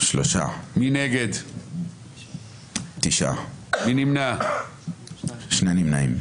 9 נגד, 2 נמנעים.